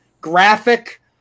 graphic